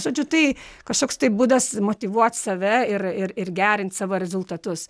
žodžiu tai kažkoks tai būdas motyvuot save ir ir ir gerint savo rezultatus